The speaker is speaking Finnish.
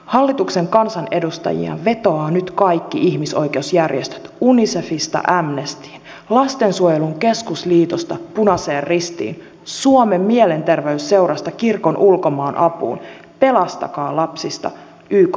hallituksen kansanedustajiin vetoavat nyt kaikki ihmisoikeusjärjestöt unicefista amnestyyn lastensuojelun keskusliitosta punaiseen ristiin suomen mielenterveysseurasta kirkon ulkomaanapuun pelastakaa lapsista ykn pakolaisjärjestöön